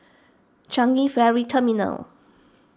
Changi Ferry Terminal